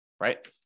right